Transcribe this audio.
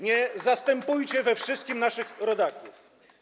Nie zastępujcie we wszystkim naszych rodaków.